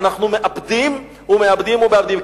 אנחנו מאבדים ומאבדים ומאבדים.